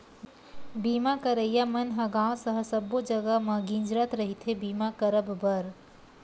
बीमा करइया मन ह गाँव सहर सब्बो जगा म गिंजरत रहिथे बीमा करब बर